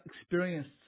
experienced